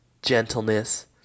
gentleness